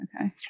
Okay